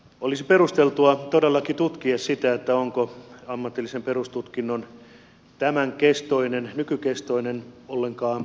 olisi perusteltua todellakin tutkia sitä onko ammatillinen perustutkinto tämän kestoisena nykykestoisena ollenkaan hyödyllistä ja järkevää